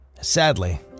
Sadly